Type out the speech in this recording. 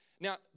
Now